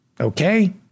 okay